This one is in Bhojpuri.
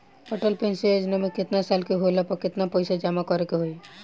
अटल पेंशन योजना मे केतना साल के होला पर केतना पईसा जमा करे के होई?